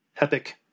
Epic